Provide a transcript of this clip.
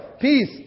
peace